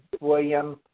William